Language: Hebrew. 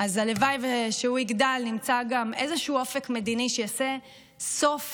אז הלוואי שהוא יגדל ויימצא גם איזשהו אופק מדיני שיעשה סוף